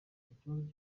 ikibazo